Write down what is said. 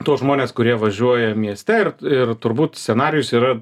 tuos žmones kurie važiuoja mieste ir ir turbūt scenarijus yra